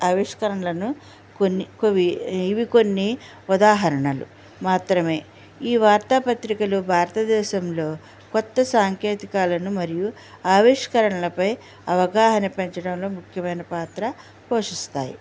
ఆవిష్కరణలను కొన్ని కొవి ఇవి కొన్ని ఉదాహరణలు మాత్రమే ఈ వార్తాపత్రికలు భారతదేశంలో కొత్త సాంకేతికాలను మరియు ఆవిష్కరణలపై అవగాహన పెంచడంలో ముఖ్యమైన పాత్ర పోషిస్థాయి